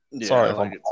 Sorry